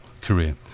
career